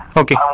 okay